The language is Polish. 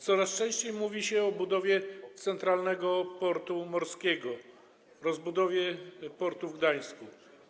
Coraz częściej mówi się o budowie centralnego portu morskiego, rozbudowie portu w Gdańsku.